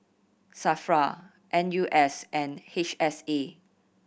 SAFRA N U S and H S A